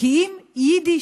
כי אם יידיש?